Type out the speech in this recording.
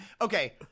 Okay